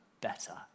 better